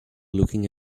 looking